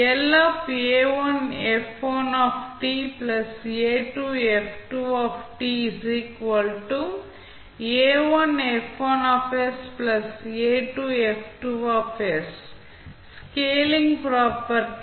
scaling property